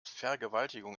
vergewaltigung